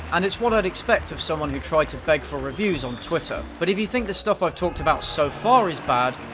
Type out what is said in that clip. and it's what i'd expect of someone who tried to beg for reviews on twitter. but if you think the stuff i've talked about so far is bad,